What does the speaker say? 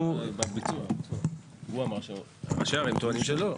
הם טוענים שלא.